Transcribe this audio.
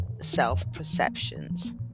self-perceptions